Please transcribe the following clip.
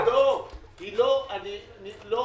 זו